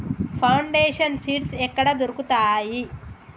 Foundation seeds ఎక్కడ దొరుకుతాయి?